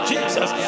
Jesus